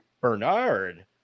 Bernard